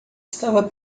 estava